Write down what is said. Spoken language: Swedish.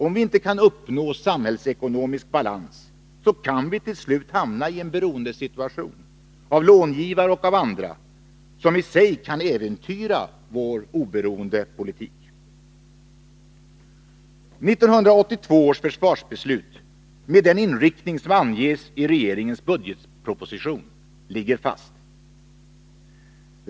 Om vi inte kan uppnå samhällsekonomisk balans kan vi till slut hamna i en beroendesituation, i förhållande till långivare och andra, som i sig kan äventyra vår oberoende politik. 1982 års försvarsbeslut, med den inriktning som anges i regeringens budgetproposition, ligger fast.